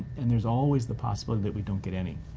and there's always the possibility that we don't get any.